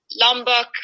lombok